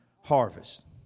harvest